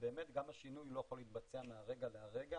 שבאמת עושה מאמץ גדול בעניין